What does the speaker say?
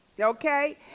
okay